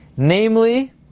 Namely